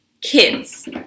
kids